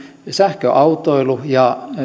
sähköautoilu ja